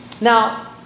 Now